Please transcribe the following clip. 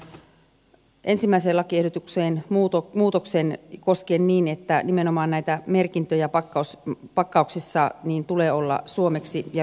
valiokunta esittää ensimmäiseen lakiehdotukseen muutoksen että nimenomaan näitä merkintöjä pakkauksissa tulee olla suomeksi ja ruotsiksi